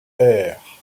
aire